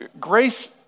Grace